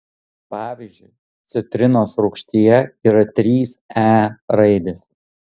pavyzdžiui citrinos rūgštyje yra trys e raidės